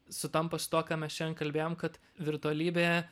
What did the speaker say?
sutampa su tuo ką mes šiandien kalbėjom kad virtualybė